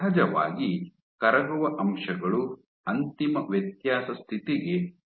ಸಹಜವಾಗಿ ಕರಗುವ ಅಂಶಗಳು ಅಂತಿಮ ವ್ಯತ್ಯಾಸ ಸ್ಥಿತಿಗೆ ಸೇರುತ್ತವೆ